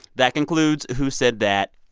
that concludes who said that.